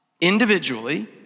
individually